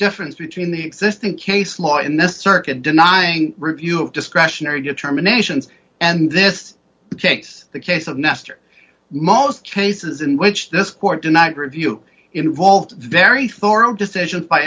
difference between the existing case law in the circuit denying review of discretionary determinations and this case the case of nestor most cases in which this court denied review involved very thorough decision by